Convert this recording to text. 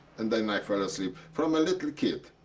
and then i fall asleep. from a little kid.